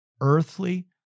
Earthly